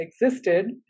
existed